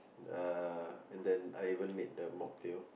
uh and then I even made the mocktail